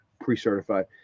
pre-certified